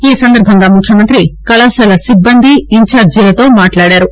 ఈ సందర్భంగా ముఖ్యమంత్రి కళాశాల సిబ్బంది ఇంఛార్జీలతో మాట్లాడారు